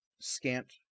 scant